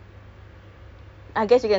okay what are the names of the games